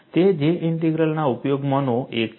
તે J ઇન્ટિગ્રલના ઉપયોગમાંનો એક છે